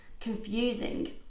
confusing